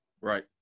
Right